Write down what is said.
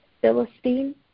Philistine